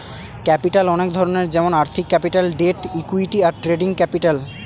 capital অনেক ধরনের যেমন আর্থিক ক্যাপিটাল, ডেট, ইকুইটি, আর ট্রেডিং ক্যাপিটাল